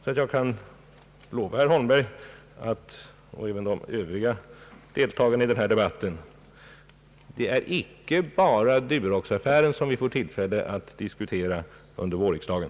Jag kan lova herr Holmberg och även de övriga deltagarna i debatten att det icke bara är Duroxaffären som vi får tillfälle att diskutera under vårriksdagen.